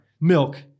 milk